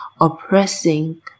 oppressing